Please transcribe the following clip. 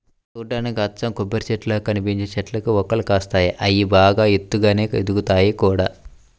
చూడ్డానికి అచ్చం కొబ్బరిచెట్టుల్లా కనిపించే చెట్లకే వక్కలు కాస్తాయి, అయ్యి బాగా ఎత్తుగానే ఎదుగుతయ్ గూడా